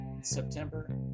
September